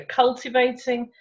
cultivating